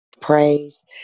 praise